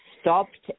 stopped